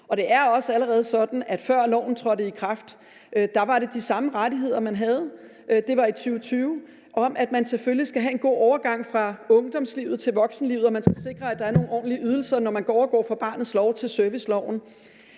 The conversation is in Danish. Det var også allerede sådan, før loven trådte i kraft, og det var de samme rettigheder, man havde – det var i 2020 – i forhold til at man selvfølgelig skal have en god overgang fra ungdomslivet til voksenlivet, og at man skal sikre, at der er nogle ordentlige ydelser, når man overgår fra barnets lov til serviceloven.